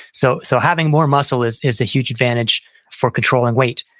so so having more muscle is is a huge advantage for controlling weight.